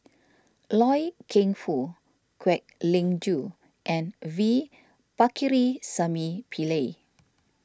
Loy Keng Foo Kwek Leng Joo and V Pakirisamy Pillai